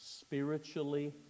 spiritually